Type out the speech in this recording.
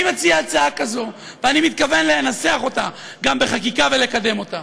אני מציע הצעה כזאת ואני מתכוון לנסח אותה גם בחקיקה ולקדם אותה: